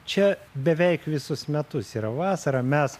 čia beveik visus metus yra vasara mes